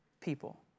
people